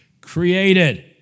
created